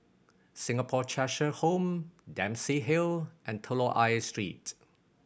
Singapore Cheshire Home Dempsey Hill and Telok Ayer Street